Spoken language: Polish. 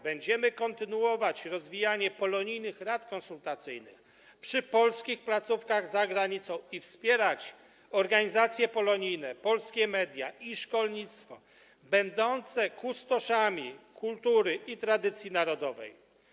Będziemy kontynuować rozwijanie polonijnych rad konsultacyjnych przy polskich placówkach za granicą i wspierać organizacje polonijne, polskie media i szkolnictwo będące kustoszami kultury i tradycji narodowej.